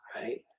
right